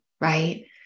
right